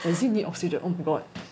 does it need oxygen oh my god